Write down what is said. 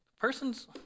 Persons